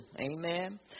Amen